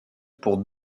pour